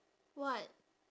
what